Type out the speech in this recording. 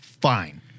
Fine